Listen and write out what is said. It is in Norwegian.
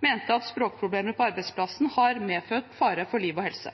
mente at språkproblemer på arbeidsplassen har medført fare for liv og helse.